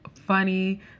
funny